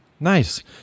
Nice